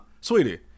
Sweetie